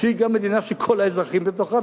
שהיא גם מדינה של כל האזרחים בתוכה,